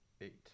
eight